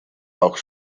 auch